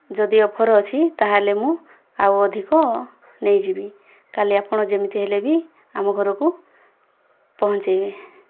ଯଦି ଅଫର୍ ଅଛି ତାହେଲେ ମୁଁ ଆଉ ଅଧିକ ନେଇଯିବି କାଲି ଆପଣ ଯେମିତି ହେଲେ ବି ଆମ ଘରକୁ ପହଞ୍ଚାଇବେ